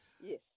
Yes